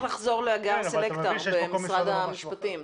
צריך לחזור להגר סלקטר במשרד המשפטים.